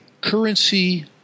currency